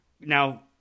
now